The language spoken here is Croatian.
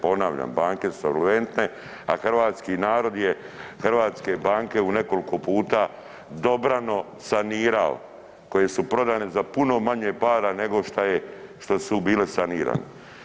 Ponavlja, banke su solventne, a hrvatski narod je hrvatske banke u nekolko puta dobrano sanirao, koje su prodane za puno manje para nego šta je, što su bile sanirane.